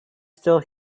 still